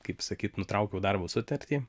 kaip sakyt nutraukiau darbo sutartį